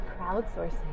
crowdsourcing